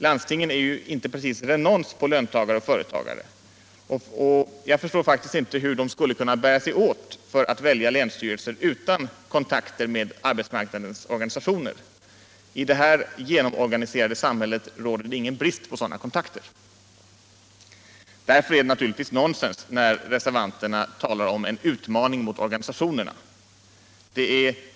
Landstingen är ju inte precis renons på löntagare och företagare, och jag förstår faktiskt inte hur de skall kunna bära sig åt för att välja länsstyrelser utan kontakter med arbetsmarknadens organisationer. I det här genomorganiserade samhället råder det ingen brist på sådana kontakter. Därför är det naturligtvis nonsens när förslaget sägs vara en utmaning mot organisationerna.